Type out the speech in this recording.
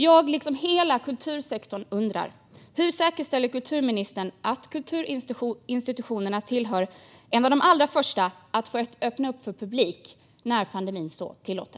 Jag liksom hela kultursektorn undrar: Hur säkerställer kulturministern att kulturinstitutionerna är bland de allra första att få öppna för publik när pandemin så tillåter?